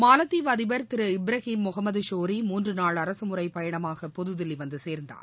மாலத்தீவு அதிபர் திரு இப்ராஹிம் முகமது ஷோரீ மூன்றுநாள் அரசுமுறைப் பயணமாக புதுதில்லி வந்து சேர்ந்தார்